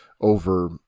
over